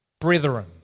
Brethren